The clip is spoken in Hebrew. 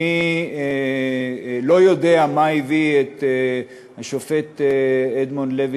אני לא יודע מה הביא את השופט אדמונד לוי,